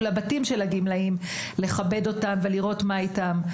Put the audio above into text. לבתים של הגמלאים לכבד אותם ולראות מה איתם.